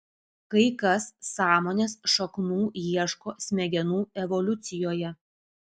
kai kas sąmonės šaknų ieško smegenų evoliucijoje